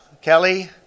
Kelly